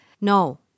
No